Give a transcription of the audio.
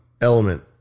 element